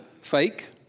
fake